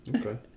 okay